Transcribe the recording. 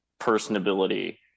personability